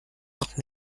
noch